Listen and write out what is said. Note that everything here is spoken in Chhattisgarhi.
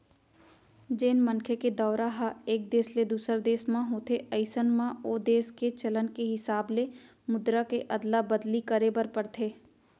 जेन मनखे के दौरा ह एक देस ले दूसर देस म होथे अइसन म ओ देस के चलन के हिसाब ले मुद्रा के अदला बदली करे बर परथे